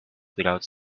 without